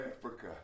Africa